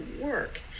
work